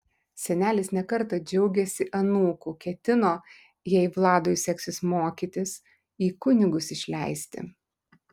senelis ne kartą džiaugėsi anūku ketino jei vladui seksis mokytis į kunigus išleisti